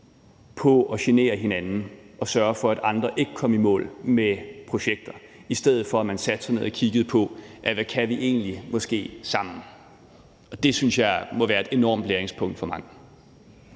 for at genere hinanden og sørge for, at andre ikke kom i mål med projekter, i stedet for at man satte sig ned og kiggede på, hvad vi egentlig måske kan sammen, og det synes jeg må være et enormt læringspunkt for mange.